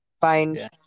find